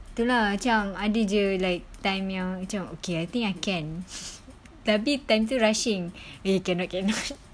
tu lah macam ada jer like time yang macam okay I think I can tapi time tu rushing wei cannot cannot